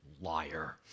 Liar